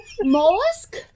Mollusk